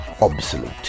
obsolete